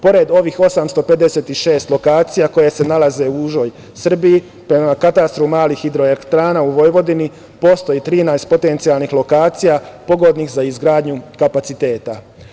Pored ovih 856 lokacija koje se nalaze u užoj Srbiji, prema katastru malih hidroelektrana u Vojvodini postoji 13 potencijalnih lokacija pogodnih za izgradnju kapaciteta.